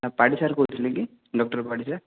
ଆପଣ ପାଢ଼ୀ ସାର୍ କହୁଥିଲେ କି ଡକ୍ଟର ପାଢ଼ୀ ସାର୍